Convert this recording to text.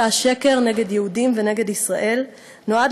מסע השקר נגד יהודים ונגד ישראל נועד